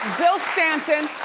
bill stanton,